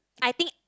I think